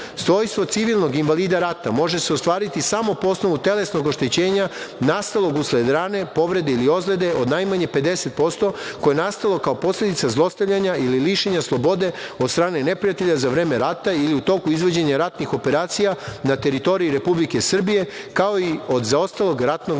Svojstvo civilnog invalida rata može se ostvariti samo po osnovu telesnog oštećenja nastalog usled rane povrede ili ozlede od najmanje 50% koje je nastalo kao posledica zlostavljanja ili lišenja slobode od strane neprijatelja za vreme rata ili u toku izvođenja ratnih operacija na teritorij Republike Srbije, kao i od zaostalog ratnog